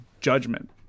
judgment